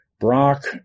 Brock